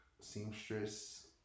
seamstress